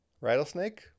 rattlesnake